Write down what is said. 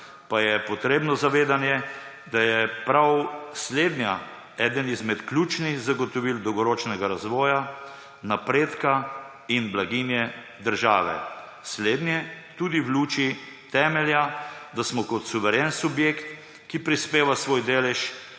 pa je potrebno zavedanje, da je prav slednja eno izmed ključnih zagotovil dolgoročnega razvoja, napredka in blaginje države. Slednje tudi v luči temelja, da smo kot suveren subjekt, ki prispeva svoj delež